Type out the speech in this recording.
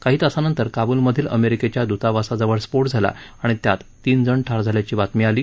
काही तासांनंतर काबूलमधील अमेरिकेच्या दूतावासाजवळ स्फोट झाला आणि त्यात तीन जण ठार झाल्याची बातमी आली